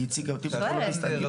היא הציגה אותי בתור לוביסט.